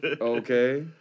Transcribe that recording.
okay